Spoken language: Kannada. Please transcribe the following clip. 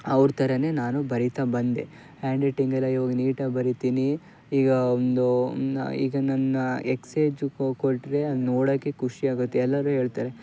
ಅವ್ರ ಥರವೇ ನಾನು ಬರಿತಾ ಬಂದೆ ಹ್ಯಾಂಡ್ರೈಟಿಂಗೆಲ್ಲ ಇವಾಗ ನೀಟಾಗಿ ಬರಿತೀನಿ ಈಗ ಒಂದು ಈಗ ನನ್ನ ಎಕ್ಸೈಜು ಕೊ ಕೊಟ್ಟರೆ ಅದನ್ನು ನೋಡೋಕೆ ಖುಷಿಯಾಗುತ್ತೆ ಎಲ್ಲರೂ ಹೇಳ್ತಾರೆ